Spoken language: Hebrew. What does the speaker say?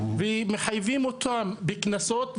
ומחייבים אותם בקנסות,